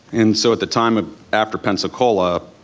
and so at the time after pensacola,